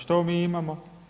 Što mi imamo?